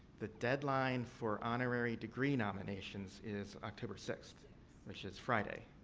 the deadline for honorary degree nominations is october sixth which is friday.